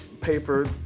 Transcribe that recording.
paper